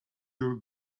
your